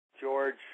George